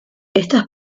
estas